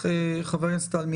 חבר הכנסת רוטמן,